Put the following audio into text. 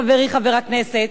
חברי חבר הכנסת,